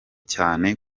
cyane